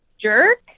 jerk